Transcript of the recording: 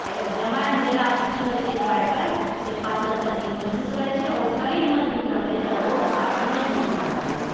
जमाइन देलासँ की होइत छै गायके से पाचन शक्ति मजबूत रहैत छै आओर शरीर मजबूत रहतै तऽ रोगसँ अपने मुक्त रहतै ओ